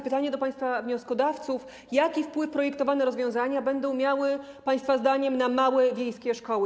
Pytanie do państwa wnioskodawców: Jaki wpływ projektowane rozwiązania będą miały państwa zdaniem na małe wiejskie szkoły?